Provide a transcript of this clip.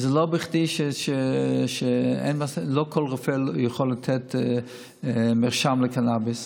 לא בכדי לא כל רופא יכול לתת מרשם לקנביס.